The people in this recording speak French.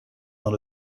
dans